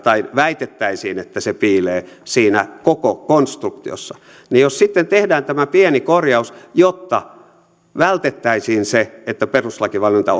tai väitettäisiin että se piilee siinä koko konstruktiossa niin jos sitten tehdään tämä pieni korjaus jotta vältettäisiin se että perustuslakivaliokunta